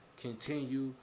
continue